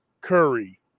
curry